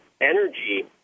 energy